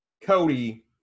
Cody